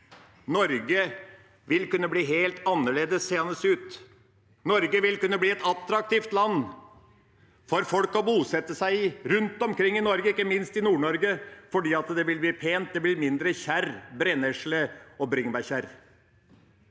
Norge vil kunne bli seende helt annerledes ut. Norge vil kunne bli et attraktivt land for folk å bosette seg i, rundt omkring i Norge, ikke minst i Nord-Norge, fordi det vil bli pent, det blir mindre kjerr, brennesle og bringebærkjerr.